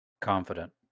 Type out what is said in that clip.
confident